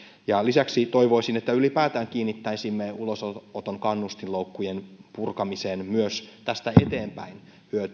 lisäksi toivoisin että ylipäätään kiinnittäisimme ulosoton kannustinloukkujen purkamiseen myös tästä eteenpäin